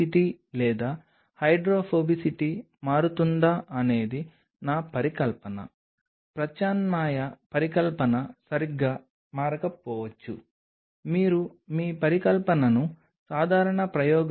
నేను ఈ అంశాన్ని కొద్దిగా భిన్నమైన రీతిలో కవర్ చేస్తున్నాను కానీ పరిశ్రమ స్థాయిలో లేదా మీరు నిజంగా ఖచ్చితమైన నాణ్యత నియంత్రణను కలిగి ఉండాల్సిన స్థాయిలో మీరు దాన్ని నిర్ధారించుకోవాలి